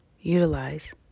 utilize